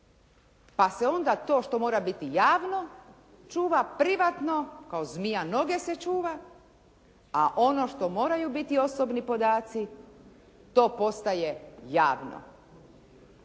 pa se onda to što mora biti javno čuva privatno kao zmija noge a ono što moraju biti osobni podaci to postaje javno.